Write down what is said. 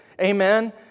amen